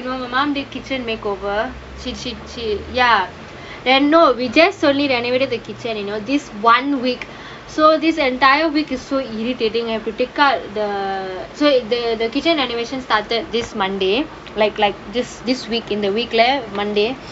you know my mom did kitchen makeover she she she ya then no we just solely renovated the kitchen you know this one week so this entire week is so irritating have to take out the the the kitchen renovation started this monday like like just this week in the week leh monday